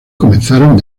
comenzaron